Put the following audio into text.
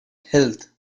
health